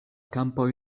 kampoj